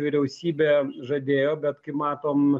vyriausybė žadėjo bet kaip matom